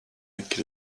räcker